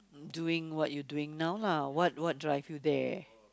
doing what you doing now lah what what drive you there